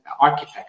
architect